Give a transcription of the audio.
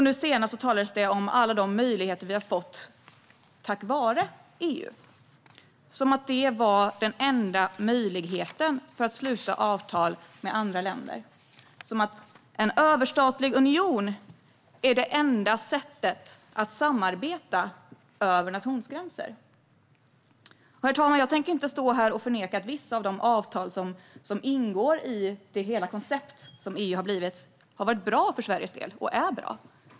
Nu senast talades det om alla möjligheter vi har fått tack vare EU, som om det var den enda möjligheten att sluta avtal med andra länder och som om en överstatlig union är det enda sättet att samarbeta över nationsgränser. Herr talman! Jag tänker inte stå här och förneka att vissa av de avtal som ingår i hela det koncept som EU blivit har varit och är bra för Sverige.